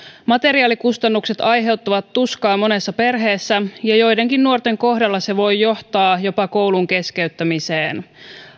materiaalikustannukset aiheuttavat tuskaa monessa perheessä ja joidenkin nuorten kohdalla se voi johtaa jopa koulun keskeyttämiseen